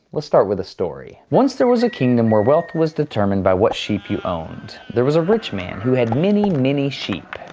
let's start with a story. once there was a kingdom where wealth was determined by what sheep you owned. there was a rich man who had many, many sheep.